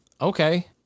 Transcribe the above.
Okay